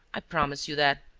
i promise you that.